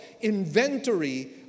inventory